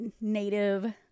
native